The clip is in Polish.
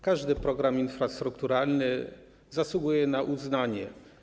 Każdy program infrastrukturalny zasługuje na uznanie.